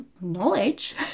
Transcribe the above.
knowledge